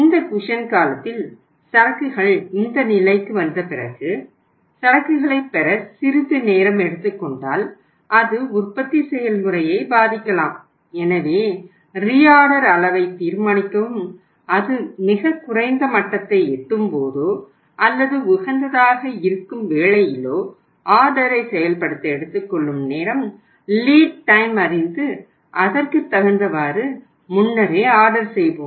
இந்த குஷன் காலத்தில் சரக்குகள் இந்த நிலைக்கு வந்த பிறகு சரக்குகளைப் பெற சிறிது நேரம் எடுத்துக் கொண்டால் அது உற்பத்தி செயல்முறையை பாதிக்கலாம் எனவே ரீஆர்டர் அறிந்து அதற்கு தகுந்தவாறு முன்னரே ஆர்டர் செய்வோம்